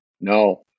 No